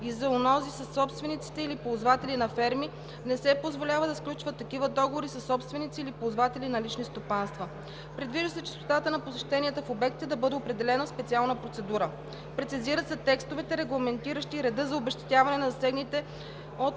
и зоонози със собственици или ползватели на ферми, не се позволява да сключват такива договори със собственици или ползватели на лични стопанства. Предвижда се честотата на посещенията в обектите да бъде определена в специална процедура. Прецизират се текстовете, регламентиращи реда за обезщетяване на засегнатите от